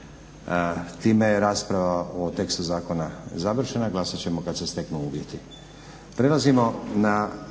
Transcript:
Time je rasprava o tekstu zakona završena. Glasati ćemo kada se steknu uvjeti.